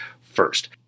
first